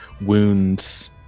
wounds